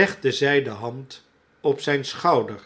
legde zg de hand op zijn sehouder